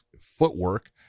footwork